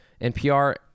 NPR